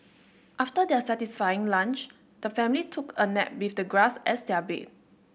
after their satisfying lunch the family took a nap with the grass as their bed